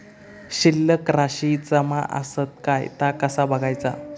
शिल्लक राशी जमा आसत काय ता कसा बगायचा?